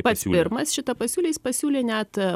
pats pirmas šitą pasiūlė jis pasiūlė net